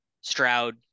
Stroud